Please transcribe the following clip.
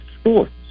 sports